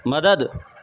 مدد